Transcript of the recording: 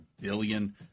billion